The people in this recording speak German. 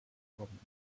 abkommens